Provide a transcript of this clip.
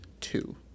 two